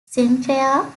sinclair